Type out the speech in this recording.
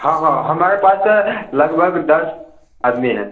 हाँ हाँ हम हमारे पास लगभग दस आदमी हैं